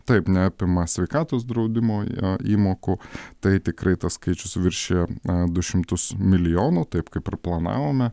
taip neapima sveikatos draudimo įmokų tai tikrai tas skaičius viršija du šimtus milijonų taip kaip ir planavome